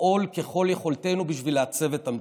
מלפעול ככל יכולתנו בשביל לעצב את המציאות.